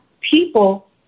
people